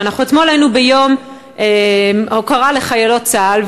אתמול אנחנו היינו ביום הוקרה לחיילות צה"ל,